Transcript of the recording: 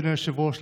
אדוני היושב-ראש,